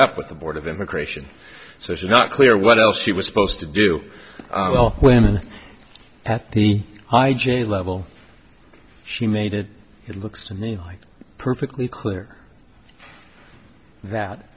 up with the board of immigration so it's not clear what else she was supposed to do well women at the me i j level she made it it looks to me like perfectly clear that